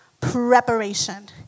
preparation